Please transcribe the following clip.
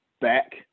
back